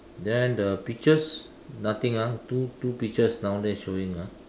then the peaches nothing ah two two peaches down there showing ah